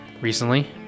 recently